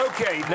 Okay